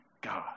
God